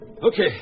Okay